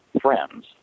friends